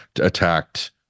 attacked